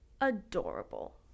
adorable